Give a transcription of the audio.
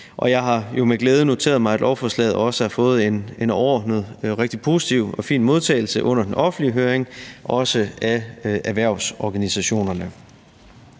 Og jeg har jo med glæde noteret mig, at lovforslaget også overordnet har fået en rigtig positiv og fin modtagelse under den offentlige høring, også af erhvervsorganisationerne.